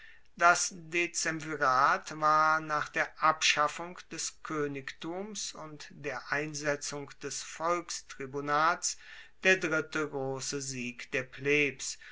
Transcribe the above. das dezemvirat war nach der abschaffung des koenigtums und der einsetzung des volkstribunats der dritte grosse sieg der plebs